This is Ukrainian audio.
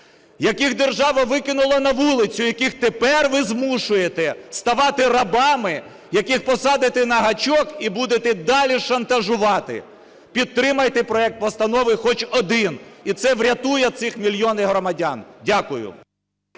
яких держава викинула на вулицю, яких тепер ви змушуєте ставати рабами, яких посадите на гачок і будете далі шантажувати. Підтримайте проект постанови хоч один, і це врятує ці мільйони громадян. Дякую.